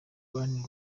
bobi